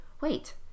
wait